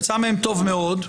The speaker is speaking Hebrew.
יצא מהם טוב מאוד.